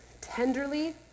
tenderly